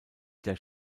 der